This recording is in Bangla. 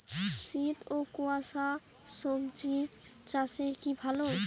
শীত ও কুয়াশা স্বজি চাষে কি ভালো?